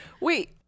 Wait